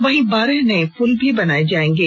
वहीं बारह नए पुल भी बनाए जाएंगे